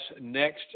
next